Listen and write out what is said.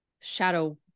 shadow